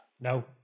No